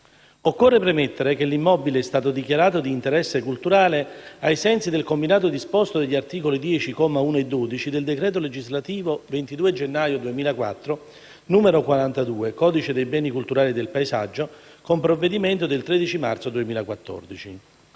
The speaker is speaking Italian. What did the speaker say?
Occorre premettere che l'immobile è stato dichiarato di interesse culturale, ai sensi del combinato disposto dagli articoli 10, commi 1 e 12, del decreto legislativo n. 42 del 22 gennaio 2004 (codice dei beni culturali e del paesaggio), con provvedimento del 13 marzo 2014.